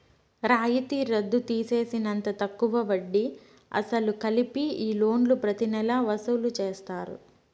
రాయితీ రద్దు తీసేసినంత తక్కువ వడ్డీ, అసలు కలిపి ఈ లోన్లు ప్రతి నెలా వసూలు చేస్తారు